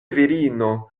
virino